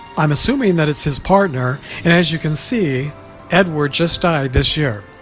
i'm assuming that it's his partner and as you can see edward just died this year